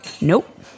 Nope